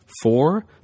four